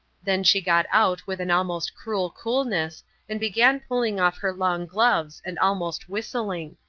then she got out with an almost cruel coolness and began pulling off her long gloves and almost whistling.